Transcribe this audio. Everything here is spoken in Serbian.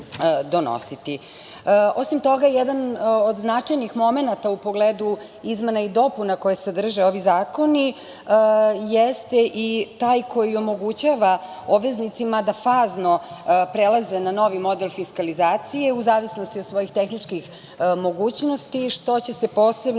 toga, jedan od značajnih momenata u pogledu izmena i dopuna koje sadrže ovi zakoni jeste i taj koji omogućava obveznicima da fazno prelaze na novi model fiskalizacije, u zavisnosti od svojih tehničkih mogućnosti, što će se posebno